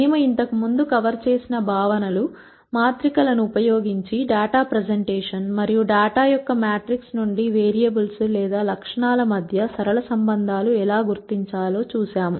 మేము ఇంతకు ముందు కవర్ చేసిన భావనలు మాత్రిక ల ను ఉపయోగించి డేటా ప్రజెంటేషన్ మరియు డేటా యొక్క మ్యాట్రిక్స్ నుండి వేరియబుల్స్ లేదా లక్షణాల మధ్య సరళ సంబంధాలు ఎలా గుర్తించాలి చూశాము